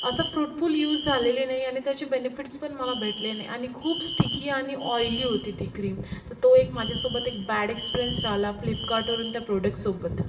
असं fruitful use झालेले नाही आणि त्याचे बेनिफिट्सपण मला भेटले नाही आणि खूप स्टिकी आणि ऑईली होती ती क्रीम तर तो एक माझ्यासोबत एक बॅड एक्स्प्रियन्स झाला फ्लिपकार्टवरून त्या प्रोडकसोबत